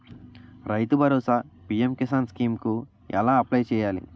రైతు Bharosa PM Kisan scheme కు ఎలా అప్లయ్ చేయాలి?